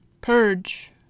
purge